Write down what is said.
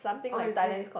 oh is it